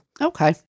Okay